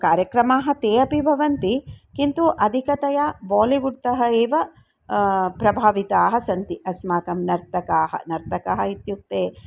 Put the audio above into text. कार्यक्रमाः ते अपि भवन्ति किन्तु अधिकतया बोलिवुड् तः एव प्रभाविताः सन्ति अस्माकं नर्तकाः नर्तकाः इत्युक्ते